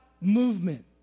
movement